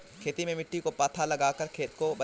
खेती में मिट्टी को पाथा लगाकर खेत को बनाते हैं?